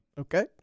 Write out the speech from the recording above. Okay